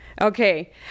okay